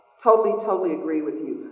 totally, totally agree with you.